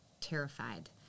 terrified